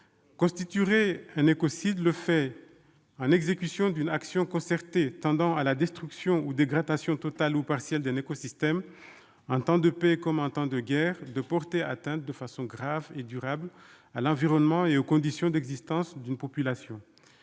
Constituerait un écocide « le fait, en exécution d'une action concertée tendant à la destruction ou dégradation totale ou partielle d'un écosystème, en temps de paix comme en temps de guerre, de porter atteinte de façon grave et durable à l'environnement et aux conditions d'existence d'une population ».